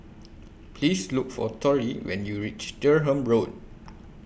Please Look For Torie when YOU REACH Durham Road